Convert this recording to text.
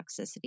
toxicity